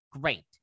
great